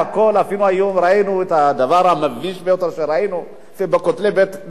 ואפילו היום ראינו את הדבר המביש ביותר בין כותלי הכנסת.